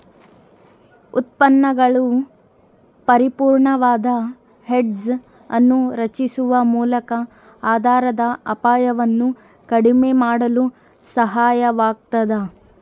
ಉತ್ಪನ್ನಗಳು ಪರಿಪೂರ್ಣವಾದ ಹೆಡ್ಜ್ ಅನ್ನು ರಚಿಸುವ ಮೂಲಕ ಆಧಾರದ ಅಪಾಯವನ್ನು ಕಡಿಮೆ ಮಾಡಲು ಸಹಾಯವಾಗತದ